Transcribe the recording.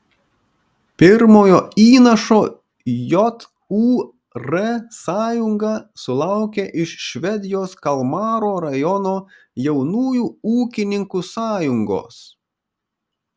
pirmojo įnašo jūr sąjunga sulaukė iš švedijos kalmaro rajono jaunųjų ūkininkų sąjungos